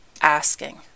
Asking